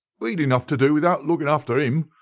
we'd enough to do without lookin' after him,